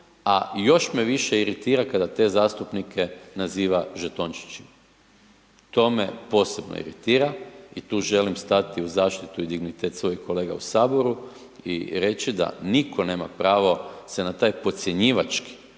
a još me više iritira kada te zastupnike naziva žetončićima, to me posebno iritira i tu želim stati u zaštitu i dignitet svojih kolega u HS i reći da nitko nema pravo se na taj podcjenjivački